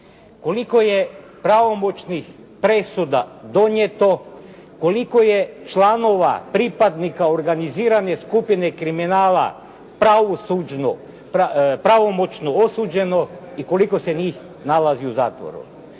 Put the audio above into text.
Koliko je pravomoćnih presuda donijeto, koliko je članova pripadnika organizirane skupine kriminala pravomoćno osuđeno i koliko se njih nalazi u zatvoru.